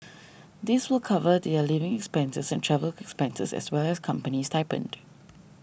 this will cover their living expenses and travel expenses as well as company stipend